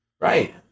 Right